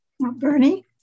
Bernie